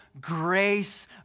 grace